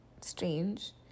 strange